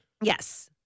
yes